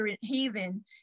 heathen